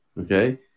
Okay